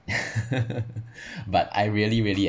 but I really really